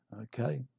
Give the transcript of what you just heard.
Okay